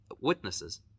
witnesses